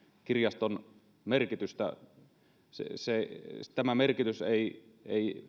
kirjaston merkitystä tämä merkitys ei